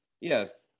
yes